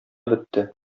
бетте